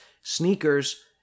sneakers